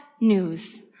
news